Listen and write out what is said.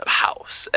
house